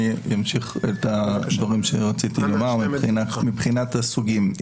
אני אמשיך בדברים שרציתי לומר מבחינת הסוגים.